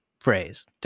phrase